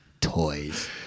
toys